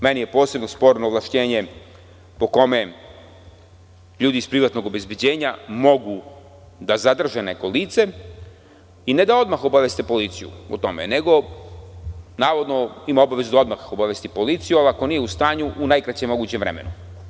Meni je posebno sporno ovlašćenje po kome ljudi iz privatnog obezbeđenja mogu da zadrže neko lice i ne da odmah obaveste policiju o tome, nego, navodno, ima obavezu da odmah obavesti policiju, ali ako nije u stanju, u najkraćem mogućem vremenu.